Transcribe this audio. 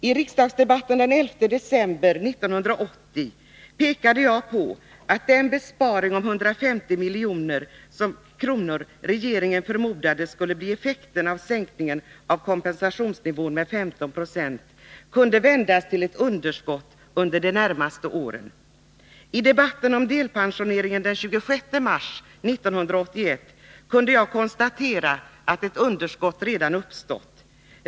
I riksdagsdebatten den 11 december 1980 pekade jag på att den besparing om 150 milj.kr. som regeringen förmodade skulle bli effekten av sänkningen av kompensationsnivån med 15 26 kunde vändas till ett underskott under de närmaste åren. I debatten om delpensioneringen den 26 mars 1981 kunde jag konstatera att ett underskott redan hade uppstått.